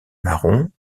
marron